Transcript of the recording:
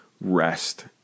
rest